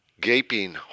Gaping